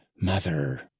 mother